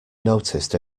noticed